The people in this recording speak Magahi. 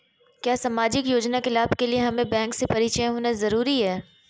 क्या सामाजिक योजना के लाभ के लिए हमें बैंक से परिचय होना जरूरी है?